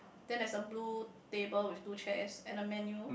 then there's a blue table with two chairs and a menu